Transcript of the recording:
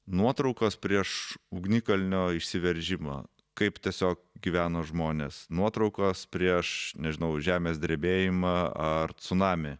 nuotraukos prieš ugnikalnio išsiveržimą kaip tiesiog gyveno žmonės nuotraukas prieš nežinau žemės drebėjimą ar cunamį